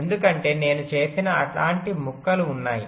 ఎందుకంటే నేను చేసిన అలాంటి ముక్కలు ఉన్నాయి